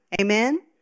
Amen